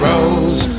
Rose